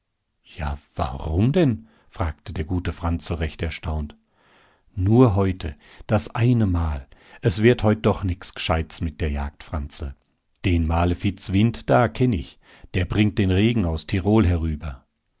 ja warum denn fragte der gute franzl recht erstaunt nur heute das eine mal es wird heut doch nix gescheit's mit der jagd franzl den malefizwind da kenn ich der bringt den regen aus tirol herüber